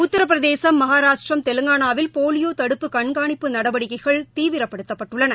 உத்திரபிரதேசம் மகாராஷ்டிரம் தெலங்கானாவில் போலியோ தடுப்பு கண்காணிப்பு நடவடிக்கைள் தீவிரப்படுத்தப்பட்டுள்ளன